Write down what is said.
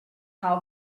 how